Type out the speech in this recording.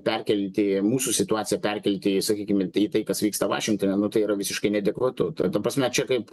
perkelti mūsų situaciją perkelti į sakykime į tai kas vyksta vašingtone tai yra visiškai neadekvatu tai ta prasme čia kaip